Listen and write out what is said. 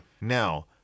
Now